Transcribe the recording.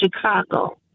Chicago